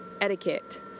etiquette